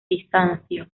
bizancio